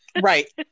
Right